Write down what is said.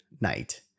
night